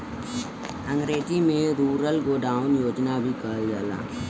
अंग्रेजी में rural godown योजना भी कहल जाला